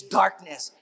darkness